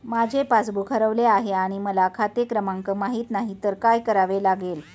माझे पासबूक हरवले आहे आणि मला खाते क्रमांक माहित नाही तर काय करावे लागेल?